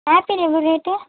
apple எவ்வளோ rate